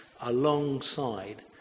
alongside